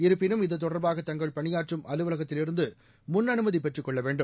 இருப்பினும் இத்தொடர்பாக தங்கள் பணியாற்றும் அலுவலகத்திலிருந்து முன்அனுமதி பெற்றுக் கொள்ள வேண்டும்